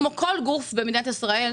כמו כל גוף במדינת ישראל,